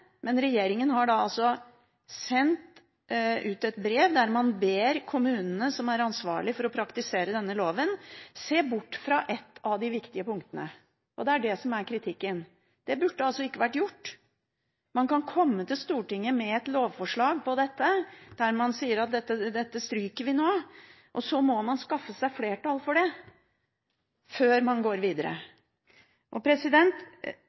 men regjeringen har altså sendt ut et brev der man ber kommunene, som er ansvarlige for å praktisere denne loven, se bort fra et av de viktige punktene. Og det er det som er kritikkverdig. Det burde ikke vært gjort. Man kan komme til Stortinget med et lovforslag om dette, der man sier at dette stryker vi nå, og så skaffe seg flertall for det – før man går videre.